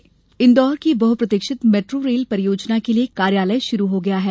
metro rail Indore की बहुप्रतीक्षित metro rail परियोजना के लिए कार्यालय शुरू हो गया है